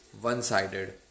one-sided